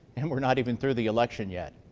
and we're not even through the election yet.